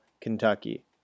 Kentucky